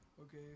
Okay